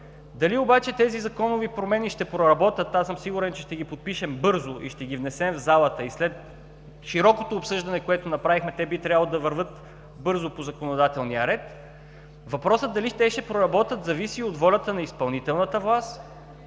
Дали обаче тези законови промени ще проработят? Аз съм сигурен, че ще ги подпишем бързо и ще ги внесем в залата. След широкото обсъждане, което направихме, те би трябвало да вървят бързо по законодателния ред. Въпросът дали те ще проработят, зависи от волята на изпълнителната власт,